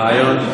רעיון.